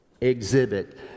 exhibit